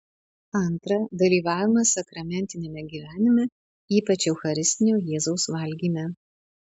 antra dalyvavimas sakramentiniame gyvenime ypač eucharistinio jėzaus valgyme